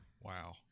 Wow